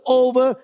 over